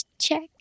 check